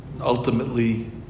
Ultimately